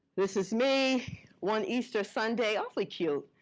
this is me one easter sunday, awfully cute.